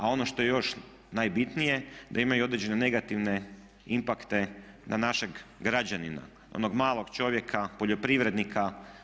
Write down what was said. A ono što je još najbitnije da imaju određene negativne impakte na našeg građanina, onog malog čovjeka, poljoprivrednika.